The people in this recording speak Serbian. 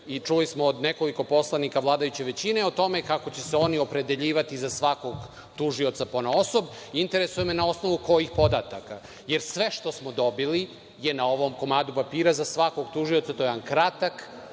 čuli smo od nekoliko poslanika vladajuće većine o tome kako će se oni opredeljivati za svakog tužioca ponaosob, na osnovu kojih podataka. Sve što smo dobili je na ovom komadu papira za svakog tužioca. To je jedan kratak